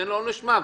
תן לו עונש מוות.